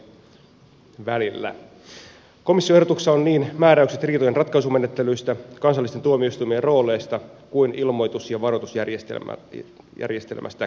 komission ehdotuksessa on niin määräykset riitojen ratkaisumenettelyistä kansallisten tuomioistuimien rooleista kuin ilmoitus ja varoitusjärjestelmästäkin